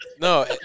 No